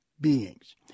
beings